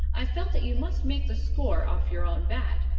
i've felt that you must make the score off your own bat,